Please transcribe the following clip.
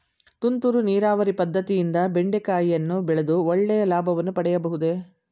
ತುಂತುರು ನೀರಾವರಿ ಪದ್ದತಿಯಿಂದ ಬೆಂಡೆಕಾಯಿಯನ್ನು ಬೆಳೆದು ಒಳ್ಳೆಯ ಲಾಭವನ್ನು ಪಡೆಯಬಹುದೇ?